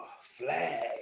Flag